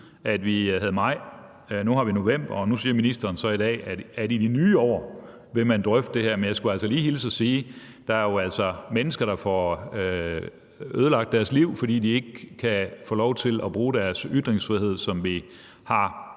at vi havde maj. Nu har vi november, og nu siger ministeren så i dag, at i det nye år vil man drøfte det her, men jeg skulle altså lige hilse og sige, at der jo altså er mennesker, der får ødelagt deres liv, fordi de ikke kan få lov til at bruge deres ytringsfrihed, som vi har